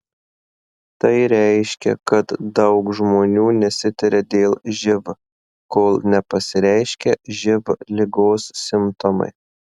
tai reiškia kad daug žmonių nesitiria dėl živ kol nepasireiškia živ ligos simptomai